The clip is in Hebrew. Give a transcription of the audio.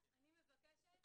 אני מבקשת